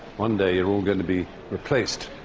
and you're all going to be replaced,